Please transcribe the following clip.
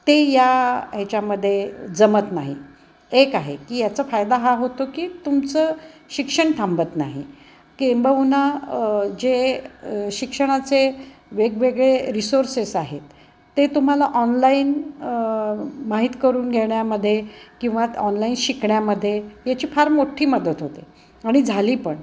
ते या ह्याच्यामध्ये जमत नाही एक आहे की याचा फायदा हा होतो की तुमचं शिक्षण थांबत नाही किंबहुना जे शिक्षणाचे वेगवेगळे रिसोर्सेस आहेत ते तुम्हाला ऑनलाईन माहीत करून घेण्यामध्ये किंवा ऑनलाईन शिकण्यामध्ये याची फार मोठी मदत होते आणि झाली पण